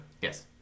Yes